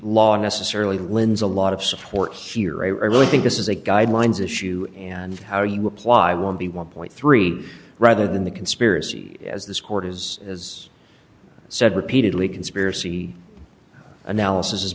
law unnecessarily lin's a lot of support here i really think this is a guidelines issue and how you apply will be one point three rather than the conspiracy as this court is as i said repeatedly conspiracy analysis